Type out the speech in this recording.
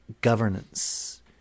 governance